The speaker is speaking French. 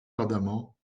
ardemment